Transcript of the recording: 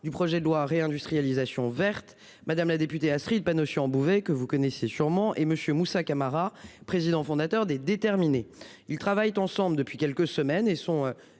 du projet de loi réindustrialisation verte, madame la députée, Astrid Panosyan-Bouvet que vous connaissez sûrement et monsieur Moussa Camara président fondateur des déterminée, ils travaillent ensemble depuis quelques semaines et sont